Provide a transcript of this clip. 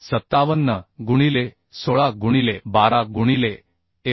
57 आहे गुणिले 16 गुणिले 12 गुणिले एफ